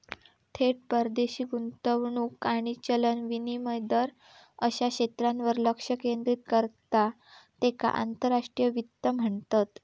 थेट परदेशी गुंतवणूक आणि चलन विनिमय दर अश्या क्षेत्रांवर लक्ष केंद्रित करता त्येका आंतरराष्ट्रीय वित्त म्हणतत